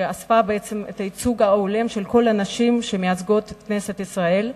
שהיה בה הייצוג ההולם של כל הנשים שמייצגות את כנסת ישראל,